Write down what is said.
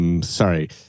Sorry